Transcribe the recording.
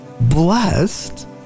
Blessed